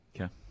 Okay